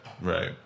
Right